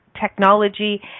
technology